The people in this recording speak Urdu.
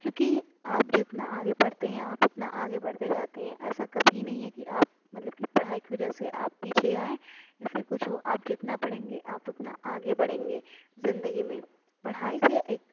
کیونکہ آپ جتنا آگے پڑھتے ہیں آپ اتنا آگے بڑھتے جاتے ہیں ایسا کبھی نہیں ہے کہ آپ مطلب کی پڑھائی کی وجہ سے آپ پیچھے آئیں اسی کچھ ہو آپ جتنا پڑھیں گے آپ اتنا آگے بڑھیں گے زندگی میں پڑھائی سے ایک